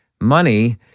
money